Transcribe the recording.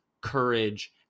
courage